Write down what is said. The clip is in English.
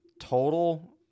total